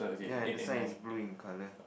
ya that's one is blue in color